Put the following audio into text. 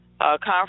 conference